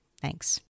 Thanks